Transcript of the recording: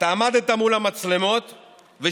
אתה עמדת מול המצלמות ושיקרת.